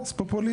פופוליזם.